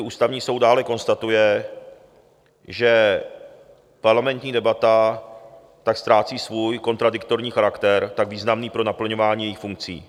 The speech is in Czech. Ústavní soud dále konstatuje, že parlamentní debata tak ztrácí svůj kontradiktorní charakter tak významný pro naplňování jejích funkcí.